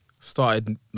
started